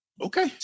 Okay